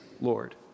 Lord